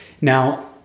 Now